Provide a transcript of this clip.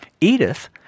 Edith